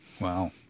Wow